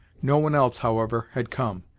no one else, however, had come,